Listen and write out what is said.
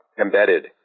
embedded